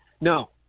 No